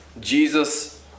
Jesus